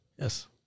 Yes